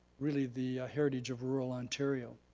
really the heritage of rural ontario.